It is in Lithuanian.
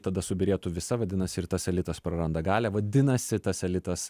tada subyrėtų visa vadinasi ir tas elitas praranda galią vadinasi tas elitas